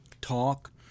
talk